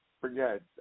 forget